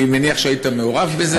אני מניח שהיית מעורב בזה,